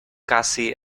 gussie